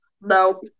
No